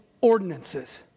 ordinances